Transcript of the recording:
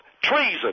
Treason